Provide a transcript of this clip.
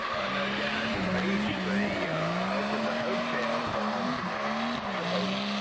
they're down at the beach. they opened the hotels on what day was